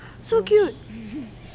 so cute